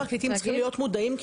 אבל גם פרקליטים צריכים להיות מודעים,